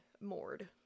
moored